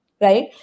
right